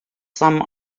some